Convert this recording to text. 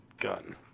gun